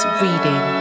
reading